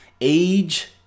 age